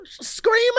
screaming